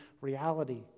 reality